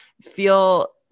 feel